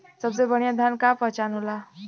सबसे बढ़ियां धान का पहचान का होला?